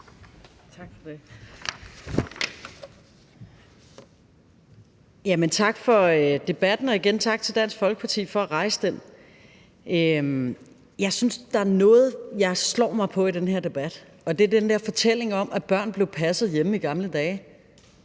Tak for debatten, og igen tak til Dansk Folkeparti for at rejse den. Jeg synes, der er noget, jeg slår mig på i den her debat, og det er den der fortælling om, at børn blev passet hjemme i gamle dage.